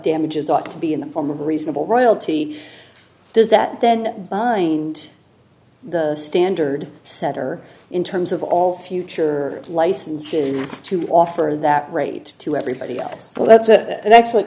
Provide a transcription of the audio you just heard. damages ought to be in the form of a reasonable royalty does that then bind the standard setter in terms of all future licenses to offer that rate to everybody else that's an excellent